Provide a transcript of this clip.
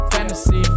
Fantasy